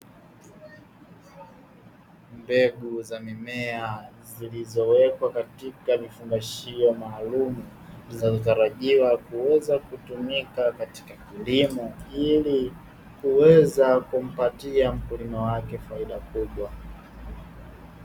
Mbegu za mimea zilizowekwa katika vifungashio maalumu, zinazotarajiwa kuweza kutumika katika kilimo ili kuweza kumpatia mkulima wake faida kubwa.